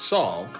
Saul